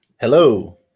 Hello